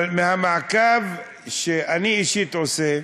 אבל מהמעקב שאני אישית עושה,